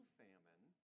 famine